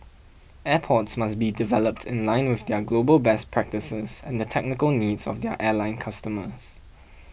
airports must be developed in line with their global best practices and the technical needs of their airline customers